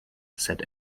said